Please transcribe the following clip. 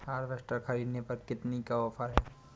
Harvester ख़रीदने पर कितनी का ऑफर है?